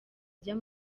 ajya